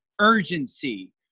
urgency